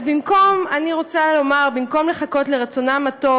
אני רוצה לומר: במקום לחכות לרצונם הטוב